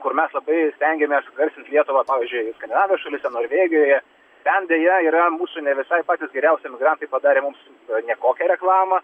kur mes labai stengiamės garsint lietuvą pavyzdžiui skandinavijos šalyse norvegijoje ten deja yra mūsų ne visai patys geriausi emigrantai padarę mums nekokią reklamą